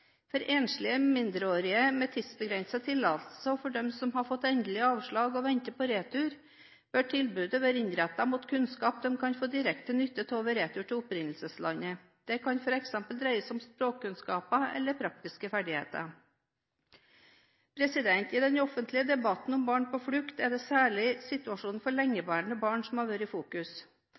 For enslige mindreårige med tidsbegrensede tillatelser og for dem som har fått endelig avslag og venter på retur, bør tilbudet være innrettet mot kunnskap de kan få direkte nytte av ved retur til opprinnelseslandet. Det kan f.eks. dreie seg om språkkunnskaper eller praktiske ferdigheter. I den offentlige debatten om barn på flukt er det særlig situasjonen for lengeværende barn som har vært i fokus.